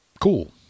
cool